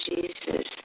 Jesus